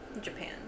Japan